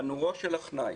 תנורו של עכנאי.